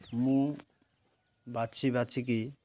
ମୁଁ ବାଛି ବାଛିକି